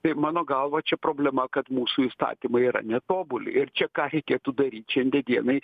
tai mano galva čia problema kad mūsų įstatymai yra netobuli ir čia ką reikėtų daryt šiandie dienai